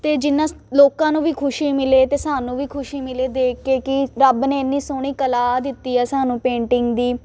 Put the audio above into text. ਅਤੇ ਜਿੰਨਾ ਲੋਕਾਂ ਨੂੰ ਵੀ ਖੁਸ਼ੀ ਮਿਲੇ ਅਤੇ ਸਾਨੂੰ ਵੀ ਖੁਸ਼ੀ ਮਿਲੇ ਦੇਖ ਕੇ ਕਿ ਰੱਬ ਨੇ ਇੰਨੀ ਸੋਹਣੀ ਕਲਾ ਦਿੱਤੀ ਆ ਸਾਨੂੰ ਪੇਂਟਿੰਗ ਦੀ